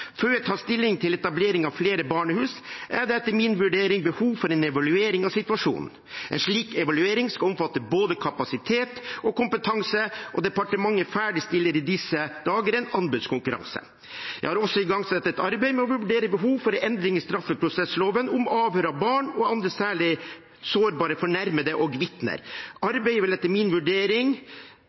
Før jeg tar stilling til etablering av flere barnehus, er det etter min vurdering behov for en evaluering av situasjonen. En slik evaluering skal omfatte både kapasitet og kompetanse, og departementet ferdigstiller i disse dager en anbudskonkurranse. Jeg har også igangsatt et arbeid med å vurdere behov for endring i straffeprosessloven om avhør av barn og andre særlig sårbare fornærmede og vitner. Arbeidet vil